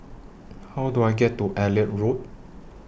How Do I get to Elliot Road